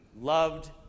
loved